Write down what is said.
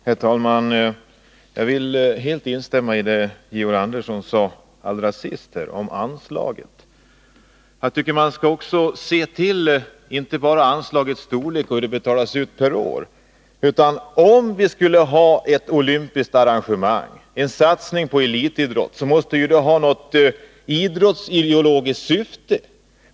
Herr talman! Jag vill instämma i det som Georg Andersson sade allra sist om anslaget. Men man skall inte bara se till anslagets storlek och hur det betalas ut per år. Om vi skall ha ett olympiskt arrangemang, en satsning på elitidrott, måste det ha ett idrottsideologiskt syfte.